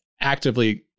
actively